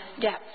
depth